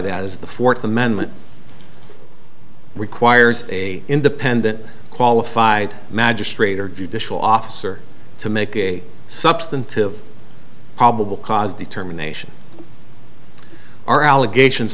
that is the fourth amendment requires a independent qualified magistrate or judicial officer to make a substantive probable cause determination are allegations